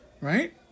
Right